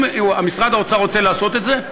אם משרד האוצר רוצה לעשות את זה,